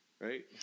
Right